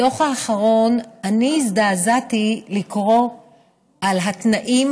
בדוח האחרון אני הזדעזעתי לקרוא על התנאים